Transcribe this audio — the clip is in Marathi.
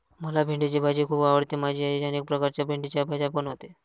मला भेंडीची भाजी खूप आवडते माझी आई अनेक प्रकारच्या भेंडीच्या भाज्या बनवते